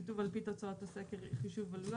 כתוב: "אחרי "על פי תוצאות הסקר" בא "חישוב עלות"".